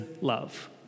love